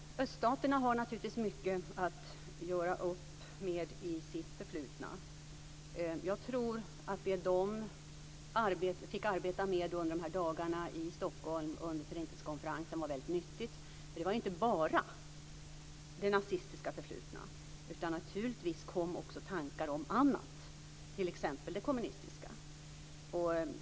Öststaterna har naturligtvis mycket att göra upp med i sitt förflutna. Jag tror att det som de fick arbeta med de här dagarna under Förintelsekonferensen i Stockholm var väldigt nyttigt. Det var inte bara det nazistiska förflutna, utan naturligtvis kom också tankar om annat, t.ex. det kommunistiska.